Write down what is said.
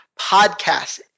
Podcast